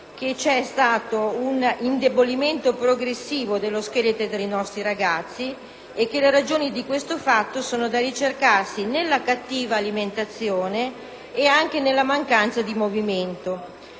che c'è stato un indebolimento progressivo dello scheletro dei nostri ragazzi. Le ragioni di questo fatto sono da ricercarsi nella cattiva alimentazione e nella mancanza di movimento.